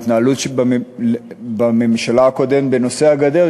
ההתנהלות בממשלה הקודמת בנושא הגדר,